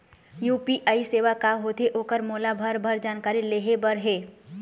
UPI सेवा का होथे ओकर मोला भरभर जानकारी लेहे बर हे?